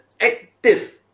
active